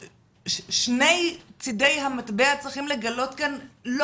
שני צדי המטבע צריכים לגלות כאן לא